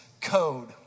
code